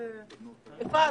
ננעלה